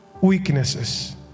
weaknesses